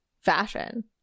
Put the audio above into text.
fashion